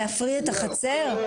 להפריד את החצר?